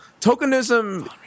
tokenism